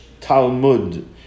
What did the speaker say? Talmud